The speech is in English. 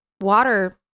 water